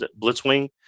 Blitzwing